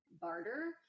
barter